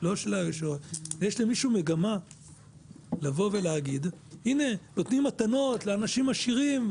יש למישהו מגמה לבוא ולהגיד הינה נותנים מתנות לאנשים עשירים,